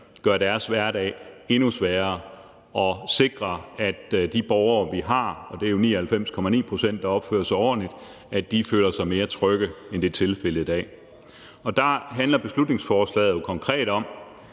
gøre deres hverdag endnu sværere og sikre, at de borgere, der opfører sig ordentligt – og det er jo 99,9 pct. – føler sig mere trygge, end det er tilfældet i dag. Der handler beslutningsforslaget jo konkret om